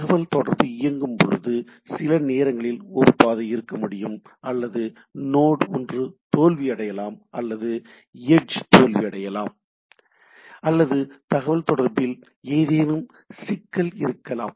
தகவல்தொடர்பு இயங்கும் போது சில நேரங்களில் ஒரு பாதை இருக்க முடியும் அல்லது நோட் ஒன்று தோல்வி அடையலாம் அல்லது விளிம்பு எட்ஜ் தோல்வியடையலாம் அல்லது தகவல் தொடர்பில் ஏதேனும் சிக்கல் இருக்கலாம்